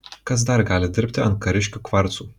kas dar gali dirbti ant kariškių kvarcų